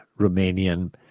Romanian